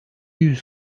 yüz